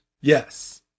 Yes